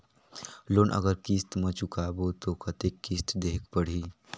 Loan अगर किस्त म चुकाबो तो कतेक किस्त देहेक पढ़ही?